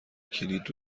کلید